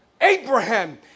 Abraham